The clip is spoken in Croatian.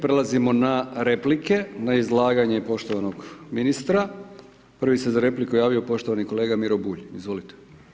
Prelazimo na replike, na izlaganje poštovanog ministra, prvi se za repliku javio poštovani kolega Miro Bulj, izvolite.